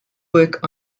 work